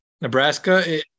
Nebraska